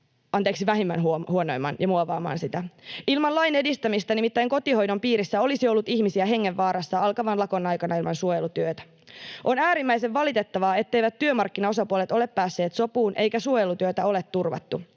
vähiten huonon ja muovaamaan sitä. Ilman lain edistämistä kotihoidon piirissä olisi nimittäin ollut ihmisiä hengenvaarassa alkavan lakon aikana ilman suojelutyötä. On äärimmäisen valitettavaa, etteivät työmarkkinaosapuolet ole päässeet sopuun eikä suojelutyötä ole turvattu,